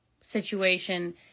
situation